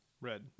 Red